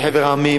מחבר המדינות,